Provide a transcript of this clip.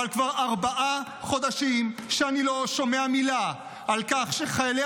אבל כבר ארבעה חודשים שאני לא שומע מילה על כך שחיילי